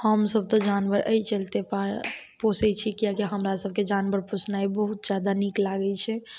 हमसभ तऽ जानवर एहि चलते पा पोसै छी किएकि हमरासभकेँ जानवर पोसनाइ बहुत जादा नीक लागै छै